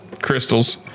Crystals